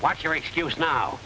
what's your excuse now